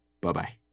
Bye-bye